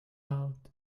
out